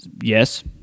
Yes